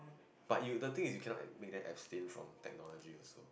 but you the thing is you cannot make them abstain from technology also